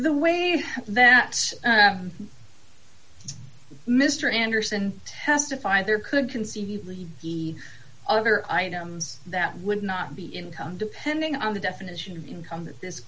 the waive that mister anderson testified there could conceivably be other items that would not be income depending on the definition of income that this